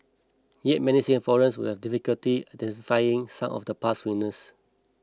yet many Singaporeans will have difficulty identifying some of the past winners